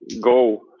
go